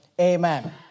Amen